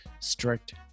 strict